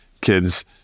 kids